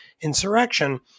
insurrection